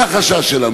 זה החשש שלנו.